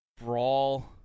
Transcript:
brawl